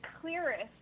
clearest